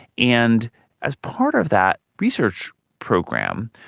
and as part of that research program,